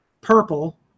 purple